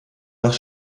nach